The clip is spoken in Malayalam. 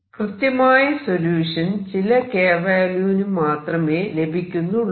കൃത്യമായ സൊല്യൂഷൻ ചില k വാല്യൂവിനു മാത്രമേ ലഭിക്കുന്നുള്ളൂ